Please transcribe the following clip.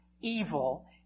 evil